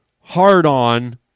hard-on